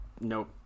Nope